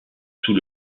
sous